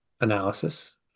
analysis